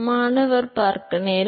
மாணவர் ஆம்